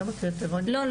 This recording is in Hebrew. היום הקריטריונים --- לא,